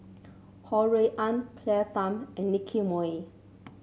Ho Rui An Claire Tham and Nicky Moey